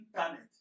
internet